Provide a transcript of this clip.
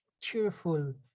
cheerful